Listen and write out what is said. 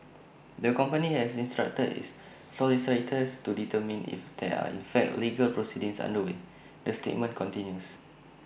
the company has instructed its solicitors to determine if there are in fact legal proceedings underway the statement continues